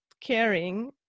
caring